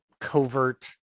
covert